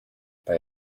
bei